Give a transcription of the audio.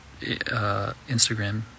Instagram